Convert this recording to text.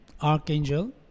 archangel